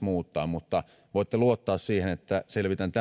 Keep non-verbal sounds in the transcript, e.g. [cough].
[unintelligible] muuttaa mutta voitte luottaa siihen että selvitän